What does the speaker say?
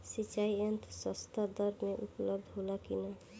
सिंचाई यंत्र सस्ता दर में उपलब्ध होला कि न?